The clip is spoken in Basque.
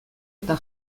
eta